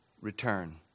return